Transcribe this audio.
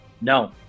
No